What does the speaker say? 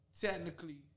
technically